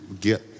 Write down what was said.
get